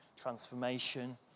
transformation